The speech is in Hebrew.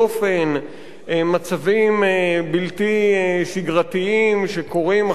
מצבים בלתי שגרתיים שקורים אחת למאה שנה.